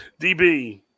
DB